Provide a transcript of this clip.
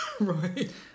Right